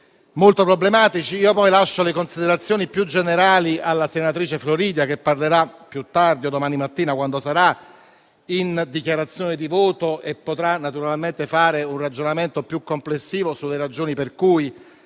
molto problematici. Peraltro, lascio le considerazioni più generali alla senatrice Floridia Aurora, che parlerà più tardi o domani mattina (quando sarà) in dichiarazione di voto e potrà naturalmente fare un ragionamento più complessivo sulle ragioni per cui